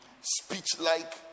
speech-like